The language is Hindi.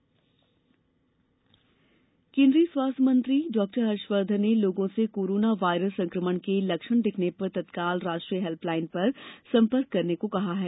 कोरोना वायरस केन्द्रीय स्वास्थ्य मंत्री हर्षवर्धन ने लोगों से कोरोना वायरस संक्रमण के लक्षण दिखने पर तत्काल राष्ट्रीय हेल्पलाइन पर संपर्क करने को कहा है